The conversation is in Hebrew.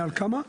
מעל כמה?